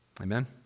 Amen